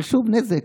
אבל שוב, נזק.